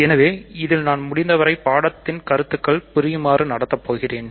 எனவே இதில் நான் முடிந்தவரை பாடத்தின் கருத்துக்கள் புரியுமாறு நடத்தப் போகிறேன்